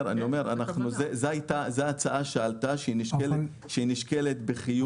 זאת הצעה שעלתה והיא נשקלת בחיוב.